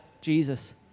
Jesus